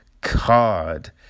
card